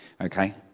okay